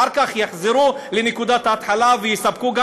אחר כך יחזרו לנקודת ההתחלה ויספקו את